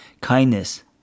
Kindness